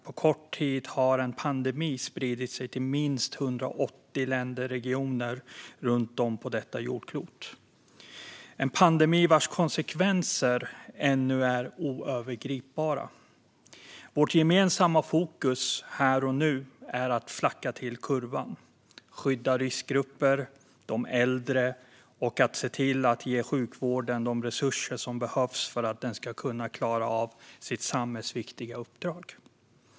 På kort tid har en pandemi spridit sig till minst 180 länder/regioner runt om på detta jordklot. Det är en pandemi vars konsekvenser ännu är oöverblickbara. Vårt gemensamma fokus här och nu är att flacka till kurvan, skydda riskgrupper och de äldre och se till att ge sjukvården de resurser som behövs för att den ska kunna klara av sitt samhällsviktiga uppdrag.